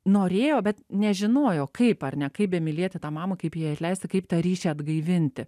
norėjo bet nežinojo kaip ar ne kaip bemylėti tą mamą kaip jai atleisti kaip tą ryšį atgaivinti